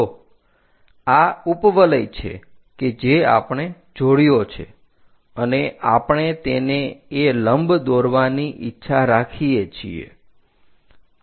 તો આ ઉપવલય છે કે જે આપણે જોડ્યો છે અને આપણે તેને એ લંબ દોરવાની ઈચ્છા રાખીએ છીએ